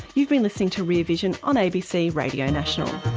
you've been listening to rear vision on abc radio national